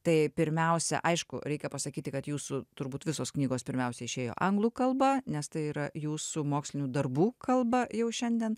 tai pirmiausia aišku reikia pasakyti kad jūsų turbūt visos knygos pirmiausia išėjo anglų kalba nes tai yra jūsų mokslinių darbų kalba jau šiandien